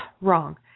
wrong